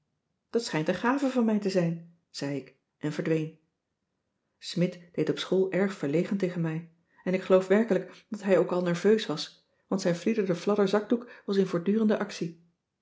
dat schijnt een gave van mij te zijn zei ik en verdween smidt deed op school erg verlegen tegen mij en ik geloof werkelijk dat hij ook al nerveus was cissy van marxveldt de h b s tijd van joop ter heul want zijn flieder de fladder zakdoek was in voortdurende actie